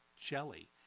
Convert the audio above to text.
jelly